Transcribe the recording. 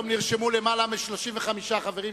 היום נרשמו יותר מ-35 חברים,